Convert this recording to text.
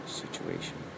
situation